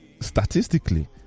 statistically